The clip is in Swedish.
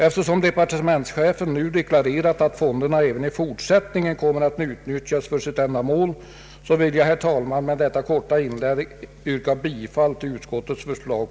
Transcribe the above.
Eftersom departementschefen nu deklarerat att fonderna även i fortsättningen kommer att utnyttjas för sitt ändamål, vill jag, herr talman, med detta korta inlägg yrka bifall till utskottets förslag.